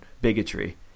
bigotry